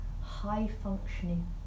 high-functioning